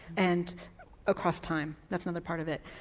and across time, that's another part of it.